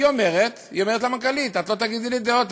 היא אומרת למנכ"לית: את לא תגידי לי דעות,